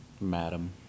madam